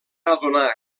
adonar